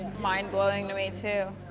mind-blowing to me too.